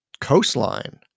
coastline